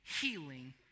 healing